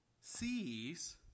sees